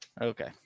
Okay